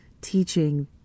teaching